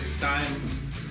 time